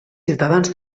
ciutadans